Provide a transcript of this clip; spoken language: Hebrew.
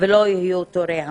ולא יהיו תורי המתנה.